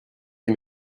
les